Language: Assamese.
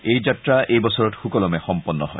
এই যাত্ৰা এইবছৰত সুকলমে সম্পন্ন হয়